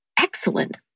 excellent